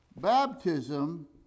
baptism